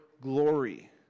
glory